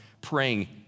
praying